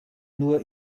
nur